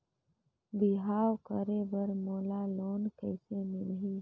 बिहाव करे बर मोला लोन कइसे मिलही?